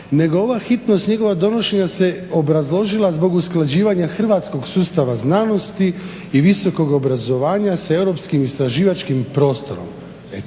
nego ova hitnost njegova donošenja se obrazložila zbog usklađivanja hrvatskog sustava znanosti i visokog obrazovanja s europskim istraživačkim prostorom.